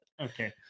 okay